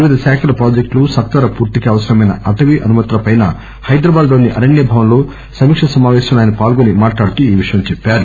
వివిధ శాఖల ప్రాజెక్టులు సత్వర పూర్తికి అవసరమైన అటవీ అనుమతులపై హైదరాబాద్ లోని అరణ్య భవన్ లో సమీకా సమాపేశంలో ఆయన పాల్గొని మాట్లాడుతూ ఈ విషయం చెప్పారు